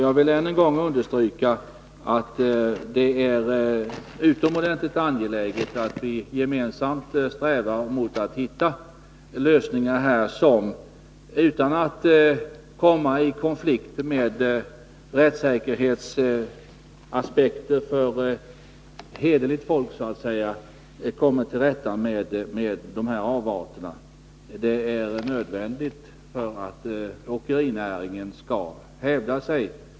Jag vill ännu en gång understryka att det är utomordentligt angeläget att vi gemensamt strävar efter att hitta lösningar som, utan att råka i konflikt med rättssäkerhetsaspekter för hederligt folk, kommer till rätta med dessa avarter. Det är nödvändigt för att åkerinäringen skall hävda sig.